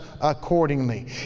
accordingly